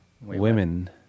women